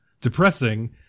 depressing